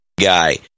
guy